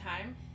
time